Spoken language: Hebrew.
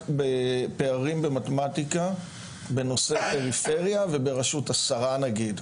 בפערים במתמטיקה בנושא פריפריה ובראשות השרה נגיד,